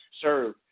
serve